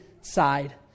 side